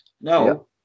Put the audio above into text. No